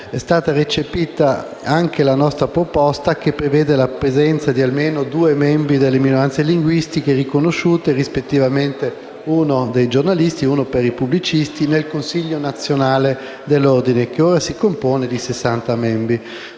è stata recepita la nostra proposta che prevede la presenza di almeno due membri delle minoranze linguistiche riconosciute (rispettivamente uno per i giornalisti e uno per i pubblicisti) nel Consiglio nazionale dell'ordine che ora si compone di 60 membri.